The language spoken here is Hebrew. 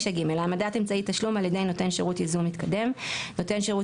העמדת אמצעי תשלום על ידי נותן שירות ייזום מתקדם 39ג. נותן שירות